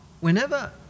Whenever